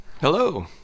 Hello